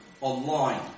online